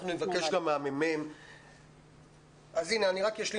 אנחנו נבקש גם מהממ"מ אני רק אשלים